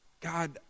God